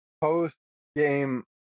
post-game